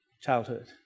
childhood